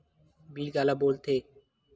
Bill काला बोल थे?